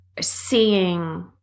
seeing